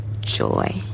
joy